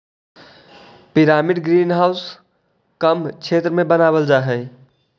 pyramid greenhouse कम क्षेत्र में बनावाल जा हई